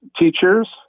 teachers